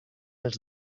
els